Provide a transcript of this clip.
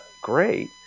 great